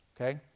okay